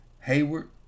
Hayward